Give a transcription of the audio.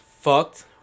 fucked